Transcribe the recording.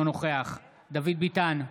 אינו נוכח דוד ביטן,